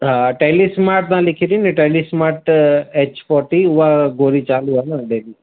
हा टेलीस्मार्ट तव्हां लिखी ॾिनी टेलीस्मार्ट एच फोर्टी उहा गोरी चालू आहे न डेली